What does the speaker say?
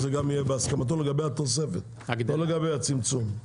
שזה גם יהיה בהסכמתו לגבי התוספת, לא לגבי הצמצום.